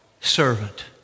servant